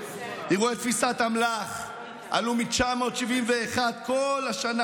אירועי תפיסת אמל"ח עלו מ-971 בכל השנה